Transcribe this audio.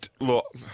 look